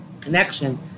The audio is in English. connection